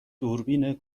دوربین